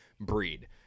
breed